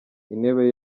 intebe